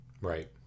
Right